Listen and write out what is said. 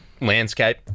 landscape